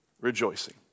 rejoicing